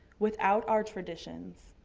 without our traditions,